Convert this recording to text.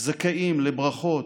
זכאים לברכות,